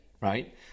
right